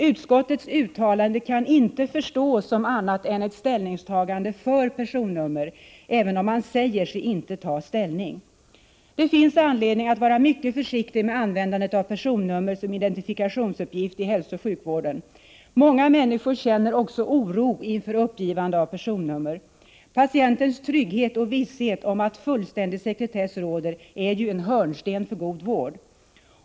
Utskottets uttalande kan inte förstås som annat än ett ställningstagande för personnummer, även om man säger sig inte ta ställning. Det finns anledning att vara mycket försiktig med användandet av personnummer som identifikationsuppgift i hälsooch sjukvården. Många människor känner också oro inför uppgivande av personnummer. Patientens trygghet och vissheten om att fullständig sekretess råder är en hörnsten för god vård.